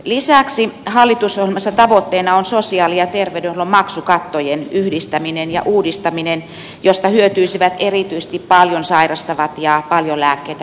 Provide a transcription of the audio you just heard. lisäksi hallitusohjelmassa tavoitteena on sosiaali ja terveydenhuollon maksukattojen yhdistäminen ja uudistaminen josta hyötyisivät erityisesti paljon sairastavat ja paljon lääkkeitä käyttävät henkilöt